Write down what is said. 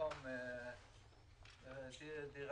במקום "מחיר